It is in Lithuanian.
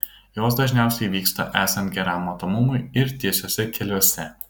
jos dažniausiai įvyksta esant geram matomumui ir tiesiuose keliuose